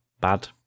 bad